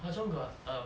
hwa chong got um